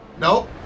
Nope